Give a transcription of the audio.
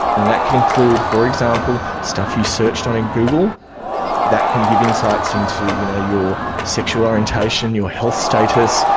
and that can include, for example, stuff you searched on in google that can give insights into, you know, your sexual orientation, your health status,